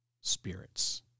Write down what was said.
spirits